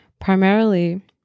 primarily